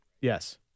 Yes